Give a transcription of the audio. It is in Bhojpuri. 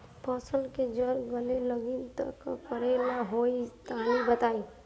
फसल के जड़ गले लागि त का करेके होई तनि बताई?